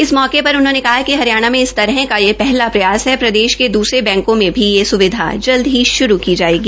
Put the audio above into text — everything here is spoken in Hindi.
इस मौके पर उन्होंने कहा कि हरियाणा में इस तरह का यह पहला प्रयास है प्रदेश के दूसरे बैंकों में भी यह स्विधा जल्द ही शुरू की जाएगी